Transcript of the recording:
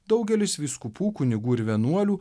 daugelis vyskupų kunigų ir vienuolių